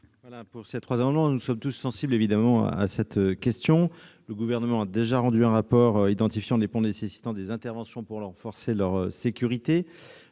de la commission ? Nous sommes tous sensibles à cette question. Le Gouvernement a déjà rendu un rapport identifiant les ponts nécessitant des interventions pour renforcer leur sécurité.